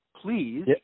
Please